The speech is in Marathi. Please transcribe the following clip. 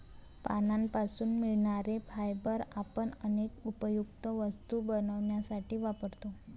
पानांपासून मिळणारे फायबर आपण अनेक उपयुक्त वस्तू बनवण्यासाठी वापरतो